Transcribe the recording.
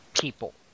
people